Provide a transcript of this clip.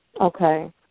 Okay